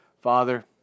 Father